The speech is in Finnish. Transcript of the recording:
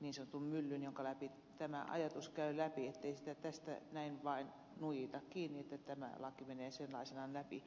niin sanotun myllyn jonka läpi tämä ajatus käy ettei sitä tästä näin vaan nuijita kiinni että tämä laki menee sellaisenaan läpi